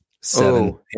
seven